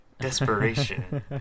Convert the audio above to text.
desperation